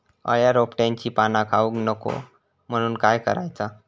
अळ्या रोपट्यांची पाना खाऊक नको म्हणून काय करायचा?